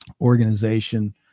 organization